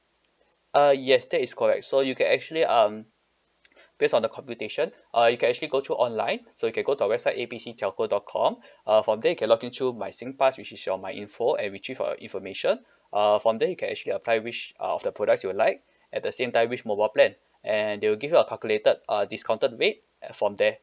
uh yes that is correct so you can actually um based on the computation uh you can actually go through online so you can go to our website A B C telco dot com uh from there you can login through my Singpass which is your Myinfo and retrieve your information uh from there you can actually apply which uh of the products you will like at the same time which mobile plan and they will give you a calculated uh discounted rate from there